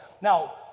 Now